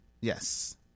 Yes